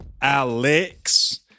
Alex